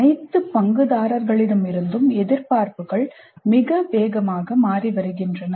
அனைத்து பங்குதாரர்களிடமிருந்தும் எதிர்பார்ப்புகள் மிக வேகமாக மாறி வருகின்றன